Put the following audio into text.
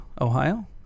Ohio